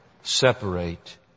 separate